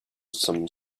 some